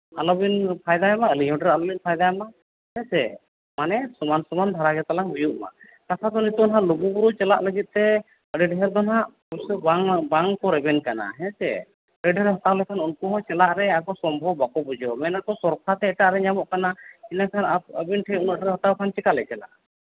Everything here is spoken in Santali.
ᱟᱞᱚᱵᱤᱱ ᱯᱷᱟᱭᱫᱟᱭ ᱢᱟ ᱟᱹᱞᱤᱧ ᱦᱚᱸ ᱰᱷᱮᱹᱨ ᱟᱞᱚ ᱞᱤᱧ ᱯᱷᱟᱭᱫᱟᱭ ᱢᱟ ᱦᱮᱸ ᱥᱮ ᱥᱚᱢᱟᱱ ᱥᱚᱢᱟᱱ ᱵᱷᱟᱲᱟ ᱜᱮ ᱛᱟᱞᱟᱝ ᱦᱩᱭᱩᱜ ᱢᱟ ᱠᱟᱛᱷᱟ ᱫᱚ ᱱᱤᱛᱚᱜ ᱫᱚ ᱞᱩᱜᱩᱼᱵᱩᱨᱩ ᱪᱟᱞᱟᱜ ᱞᱟᱹᱜᱤᱫ ᱛᱮ ᱟᱹᱰᱤ ᱰᱷᱮᱹᱨ ᱫᱚ ᱦᱟᱸᱜ ᱯᱩᱭᱥᱟᱹ ᱵᱟᱝ ᱠᱚ ᱨᱮᱵᱮᱱ ᱠᱟᱱᱟ ᱦᱮᱸᱥᱮ ᱟᱹᱰᱤ ᱰᱷᱮᱹᱨ ᱦᱟᱛᱟᱣ ᱞᱮᱠᱷᱟᱱ ᱩᱱᱠᱩ ᱦᱚᱸ ᱪᱟᱞᱟᱜ ᱨᱮ ᱟᱠᱚ ᱥᱚᱢᱵᱷᱚᱵᱽ ᱵᱟᱠᱚ ᱵᱩᱡᱷᱟᱹᱣᱟ ᱢᱮᱱᱟᱠᱚ ᱥᱚᱥᱛᱟ ᱛᱮ ᱮᱴᱟᱜ ᱨᱮ ᱧᱟᱢᱚᱜ ᱠᱟᱱᱟ ᱮᱸᱰᱮᱠᱷᱟᱱ ᱟᱹᱵᱤᱱ ᱴᱷᱮᱱ ᱩᱱᱟᱹᱜ ᱰᱷᱮᱹᱨ ᱦᱟᱛᱟᱣ ᱠᱷᱟᱱ ᱪᱤᱠᱟᱹᱞᱮ ᱪᱟᱞᱟᱜᱼᱟ